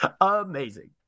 amazing